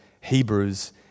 Hebrews